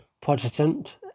Protestant